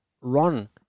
run